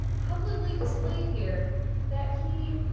publicly displayed here that he